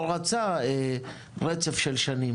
הוא גם לא רצה רצף של שנים,